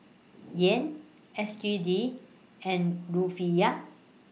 Yen S G D and Rufiyaa